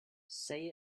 say